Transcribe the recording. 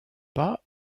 pas